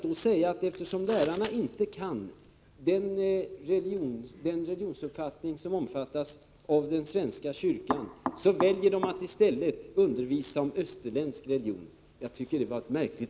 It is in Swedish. Påståendet att lärarna inte kan undervisa i den religion som omfattas av den svenska kyrkan och därför väljer att i stället undervisa om österländsk religion tycker jag var märkligt.